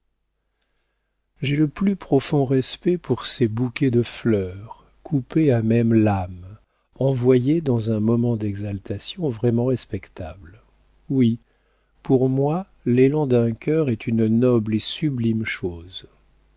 j'ai le plus profond respect pour ces bouquets de fleurs coupées à même l'âme envoyés dans un moment d'exaltation vraiment respectable oui pour moi l'élan d'un cœur est une noble et sublime chose